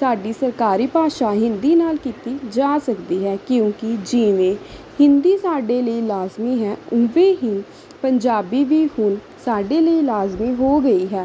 ਸਾਡੀ ਸਰਕਾਰੀ ਭਾਸ਼ਾ ਹਿੰਦੀ ਨਾਲ ਕੀਤੀ ਜਾ ਸਕਦੀ ਹੈ ਕਿਉਂਕਿ ਜਿਵੇਂ ਹਿੰਦੀ ਸਾਡੇ ਲਈ ਲਾਜ਼ਮੀ ਹੈ ਉਵੇਂ ਹੀ ਪੰਜਾਬੀ ਵੀ ਹੁਣ ਸਾਡੇ ਲਈ ਲਾਜ਼ਮੀ ਹੋ ਗਈ ਹੈ